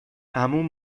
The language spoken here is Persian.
عموم